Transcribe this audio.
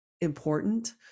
important